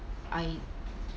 I